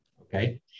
Okay